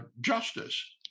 justice